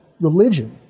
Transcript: religion